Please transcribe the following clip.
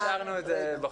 השארנו את זה בחוץ.